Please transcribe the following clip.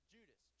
Judas